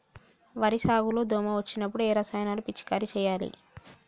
వరి సాగు లో దోమ వచ్చినప్పుడు ఏ రసాయనాలు పిచికారీ చేయాలి?